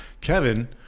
Kevin